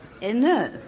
Enough